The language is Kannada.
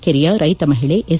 ಕೆರೆಯ ರೈತ ಮಹಿಳೆ ಎಸ್